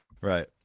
Right